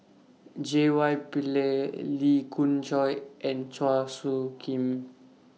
J Y Pillay Lee Khoon Choy and Chua Soo Khim